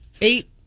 Eight